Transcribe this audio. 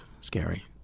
scary